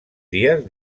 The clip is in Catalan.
dies